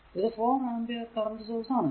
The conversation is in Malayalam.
ഇത് 4 ആംപിയർ കറന്റ് സോഴ്സ് ആണ്